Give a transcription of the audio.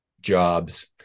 jobs